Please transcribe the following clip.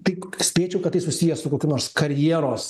taip spėčiau kad tai susiję su kokiu nors karjeros